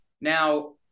Now